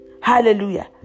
hallelujah